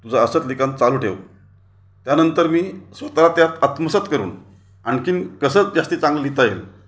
तुझं असंच लिखाण चालू ठेव त्यानंतर मी स्वत त्यात आत्मसात करून आणखीन कसं जास्ती चांगलं लिहिता येईल